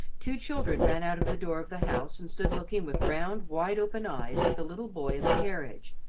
two children ran out of the door of the house and stood looking with round, wide-open eyes at the little boy in the carriage,